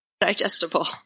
digestible